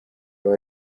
aba